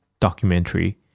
documentary